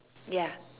ya